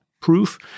proof